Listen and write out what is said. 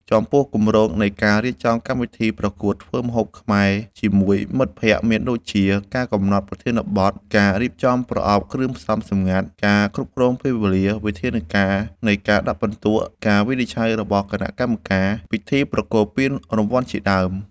ចំពោះ គម្រោងនៃការរៀបចំកម្មវិធីប្រកួតធ្វើម្ហូបខ្មែរជាមួយមិត្តភក្តិមានដូចជា ការកំណត់ប្រធានបទ ការរៀបចំប្រអប់គ្រឿងផ្សំសម្ងាត់ ការគ្រប់គ្រងពេលវេលា វិធានការនៃការដាក់ពិន្ទុ ការវិនិច្ឆ័យរបស់គណៈកម្មការ ពិធីប្រគល់រង្វាន់ជាដើម។